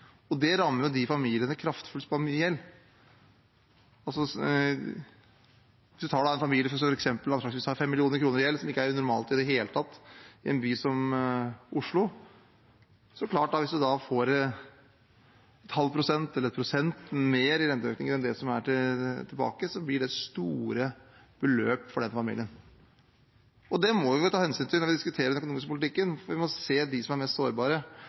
Det rammer kraftfullt de familiene som har mye gjeld. Hvis man f.eks. tar en familie som anslagsvis har 5 mill. kr i gjeld, som ikke er unormalt i det hele tatt i en by som Oslo, er det klart at hvis man da får 0,5 pst. eller 1 pst. mer i renteøkninger enn det som er tilbake til normalen, blir det store beløp for den familien. Det må vi ta hensyn til når vi diskuterer den økonomiske politikken, for vi må se dem som er mest sårbare.